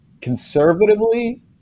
conservatively